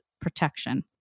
protection